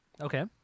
Okay